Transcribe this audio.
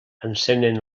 encenen